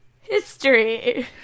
History